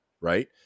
right